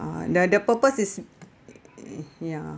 uh the the purpose is eh ya